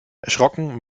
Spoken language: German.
erschrocken